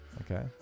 Okay